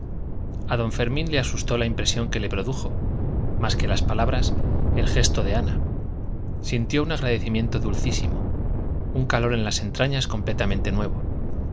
a don fermín le asustó la impresión que le produjo más que las palabras el gesto de ana sintió un agradecimiento dulcísimo un calor en las entrañas completamente nuevo